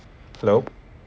hello